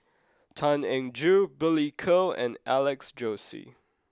Tan Eng Joo Billy Koh and Alex Josey